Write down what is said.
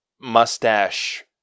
mustache